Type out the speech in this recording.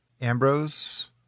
Ambrose